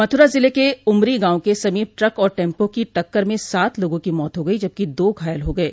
मथुरा जिले के उमरी गांव के समीप ट्रक और टेंपो की टक्कर में सात लोगों की मौत हो गई जबकि दो घायल हो गये